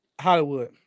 Hollywood